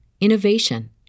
innovation